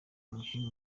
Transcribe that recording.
umukinnyi